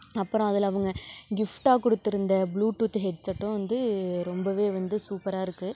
அப்புறம் அதில் அவங்க கிஃப்ட்டாக கொடுத்துருந்த ப்ளூடூத் ஹெட்செட்டும் வந்து ரொம்பவே வந்து சூப்பராக இருக்கு